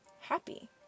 happy